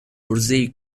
عرضهی